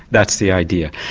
that's the idea,